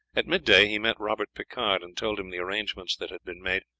at midday he met robert picard and told him the arrangements that had been made,